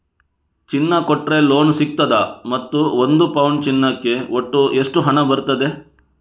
ಚಿನ್ನ ಕೊಟ್ರೆ ಲೋನ್ ಸಿಗ್ತದಾ ಮತ್ತು ಒಂದು ಪೌನು ಚಿನ್ನಕ್ಕೆ ಒಟ್ಟು ಎಷ್ಟು ಹಣ ಬರ್ತದೆ?